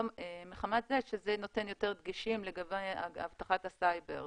מחמת זה שזה נותן יותר דגשים לגבי אבטחת הסייבר.